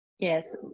Yes